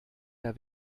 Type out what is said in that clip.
der